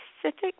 specific